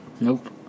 Nope